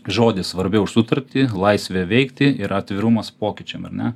žodis svarbiau už sutartį laisvė veikti ir atvirumas pokyčiam ar ne